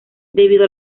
debido